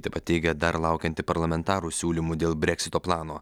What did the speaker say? taip pat teigia dar laukianti parlamentarų siūlymų dėl breksito plano